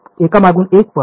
तर एका मागून एक पल्स